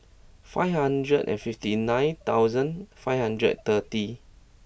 five hundred and fifty nine thousand five hundred thirty